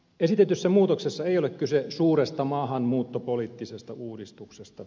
esitetyssä muutoksessa ei ole kyse suuresta maahanmuuttopoliittisesta uudistuksesta